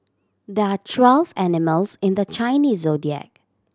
there are twelve animals in the Chinese Zodiac